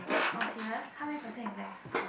oh serious how many percent you left